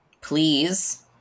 please